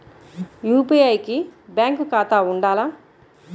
UPI కి bank ఖాతా ఉండాల?